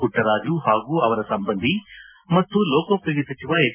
ಪುಟ್ಟರಾಜು ಹಾಗೂ ಅವರ ಸಂಬಂಧಿ ಮತ್ತು ಲೋಕೋಪಯೋಗಿ ಸಚಿವ ಎಚ್